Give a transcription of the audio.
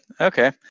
Okay